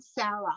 Sarah